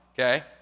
okay